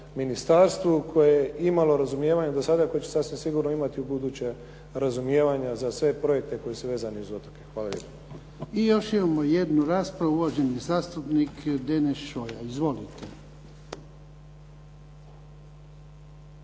ministarstvu koje je imalo razumijevanja do sada i koje će sasvim sigurno imati i ubuduće razumijevanje za sve projekte koji su vezani uz otoke. Hvala lijepo. **Jarnjak, Ivan (HDZ)** I još imamo jednu raspravu, uvaženi zastupnik Deneš Šoja. Izvolite.